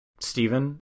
Stephen